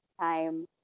time